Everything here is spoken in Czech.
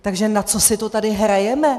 Takže na co si to tady hrajeme?